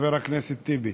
חבר הכנסת טיבי.